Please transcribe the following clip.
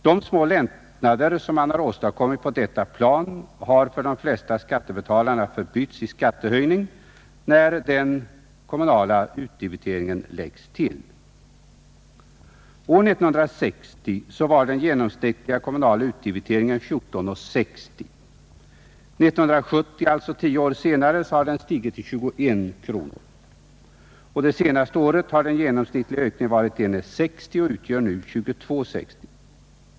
De små lättnader som man åstadkommit på detta plan har för de flesta skattebetalarna förbytts i skattehöjningar när den kommunala utdebiteringen lagts till. År 1960 var den genomsnittliga kommunala utdebiteringen 14:60. År 1970 — alltså 10 år senare — hade den stigit till 21 kronor. För det senaste året har den genomsnittliga ökningen varit 1:60, och utdebiteringen har alltså stigit till 22:60.